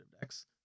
decks